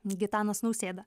gitanas nausėda